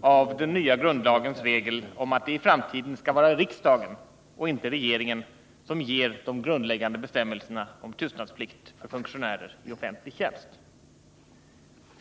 av den nya grundlagens regel om att det i framtiden skall vara riksdagen och inte regeringen som ger de grundläggande bestämmelserna om tystnadsplikt för funktionärer i offentlig tjänst.